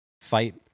fight